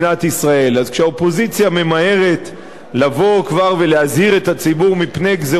אז כשהאופוזיציה ממהרת לבוא כבר ולהזהיר את הציבור מפני גזירות כלכליות,